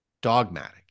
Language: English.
dogmatic